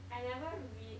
I never re~